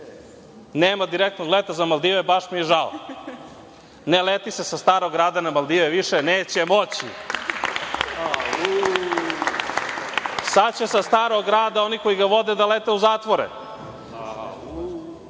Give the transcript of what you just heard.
Nema direktnog leta za Maldive, baš mi je žao, ne leti se sa Starog grada na Maldive, više neće moći. Sada će sa Starog grada oni koji ga vode, da lete u zatvore. Oni